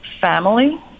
family